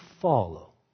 follow